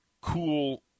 cool